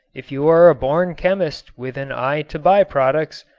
if you are a born chemist with an eye to by-products,